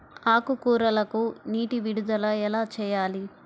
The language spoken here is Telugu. ఆకుకూరలకు నీటి విడుదల ఎలా చేయాలి?